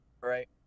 right